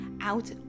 out